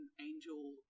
angel